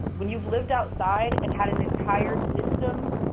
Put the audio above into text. when you've lived outside and had an entire system,